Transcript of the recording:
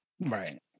Right